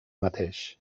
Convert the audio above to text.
mateix